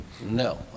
No